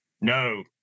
No